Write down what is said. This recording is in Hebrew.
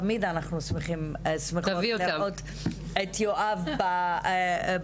תמיד אנחנו שמחות לראות את יואב בוועדה,